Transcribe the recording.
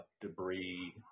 debris